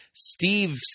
Steve